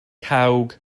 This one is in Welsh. cawg